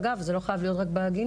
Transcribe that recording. אגב זה לא חייה להיות רק בעגינות.